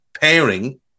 pairing